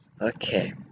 Okay